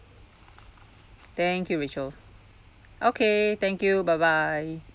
thank you rachel okay thank you bye bye